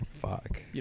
fuck